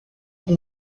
com